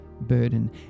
burden